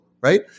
right